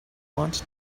want